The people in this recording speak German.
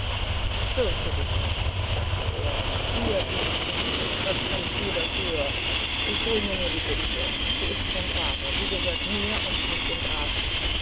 fürcht dich nicht sagte er dir tu ich nichts was kannst du dafür ich hol mir nur die büchse sie ist vom vater sie gehört mir und nicht dem grafen